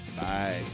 Bye